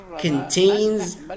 contains